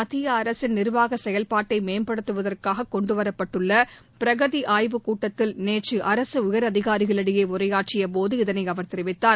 மத்திய அரசின் நிர்வாக செயல்பாட்டை மேம்படுத்துவதற்காக கொண்டுவரப்பட்டுள்ள பிரகதி ஆய்வு கூட்டத்தில் நேற்று அரசு உயர் அதிகாரிகளிடையே உரையாற்றிய போது இதனை அவர் தெரிவித்தார்